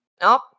Nope